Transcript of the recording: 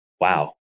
wow